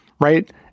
Right